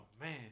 man